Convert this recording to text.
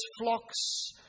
flocks